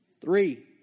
three